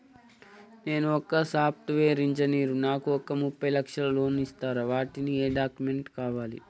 నేను ఒక software engineer నాకు ఒక ముప్పై లక్షల లోన్ ఇస్తరా? వాటికి ఏం డాక్యుమెంట్స్ కావాలి?